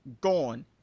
gone